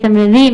מתמללים,